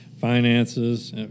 finances